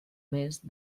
més